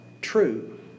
true